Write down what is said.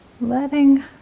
letting